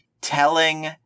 telling